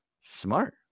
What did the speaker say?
Smart